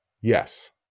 Yes